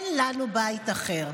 אין לנו בית אחר.